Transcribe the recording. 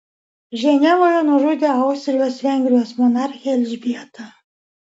ženevoje nužudė austrijos vengrijos monarchę elžbietą